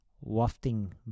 wafting